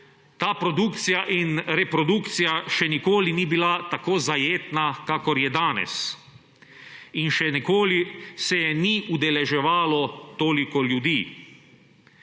Ta produkcija in reprodukcija še nikoli ni bila tako zajetna, kakor je danes. In še nikoli se je ni udeleževalo toliko ljudi.